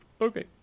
Okay